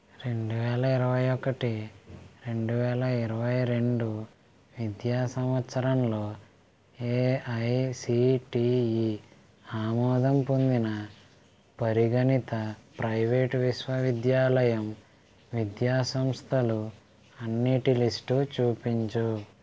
రెండు వేల ఇరవై ఒకటి రెండు వేల ఇరవై రెండు విద్యా సంవత్సరంలో ఏఐసిటిఈ ఆమోదం పొందిన పరిగణిత ప్రైవేటు విశ్వవిద్యాలయం విద్యా సంస్థలు అన్నింటి లిస్టు చూపించుము